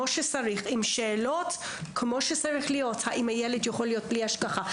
עם שאלות כמו שצריך להיות: האם הילד יכול להיות בלי השגחה,